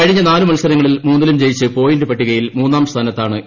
കഴിഞ്ഞ നാല് മത്സരങ്ങളിൽ മൂന്നിലും ജയിച്ച് പോയിന്റ് പട്ടികയിൽ മൂന്നാം സ്ഥാനത്താണ് എ